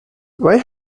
why